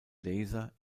laser